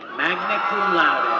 magna cum laude,